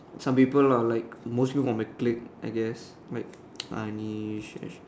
some people lah like mostly from my clique I guess like Anish